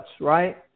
right